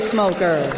Smoker